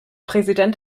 präsident